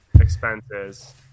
expenses